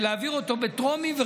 להעביר אותו בטרומית,